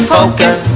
Poker